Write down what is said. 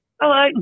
Hello